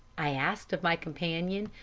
i asked of my companion,